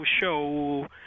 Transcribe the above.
show